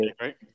right